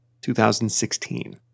2016